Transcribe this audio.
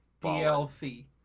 DLC